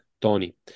Tony